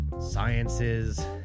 sciences